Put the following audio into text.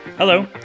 Hello